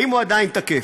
האם הוא עדיין תקף?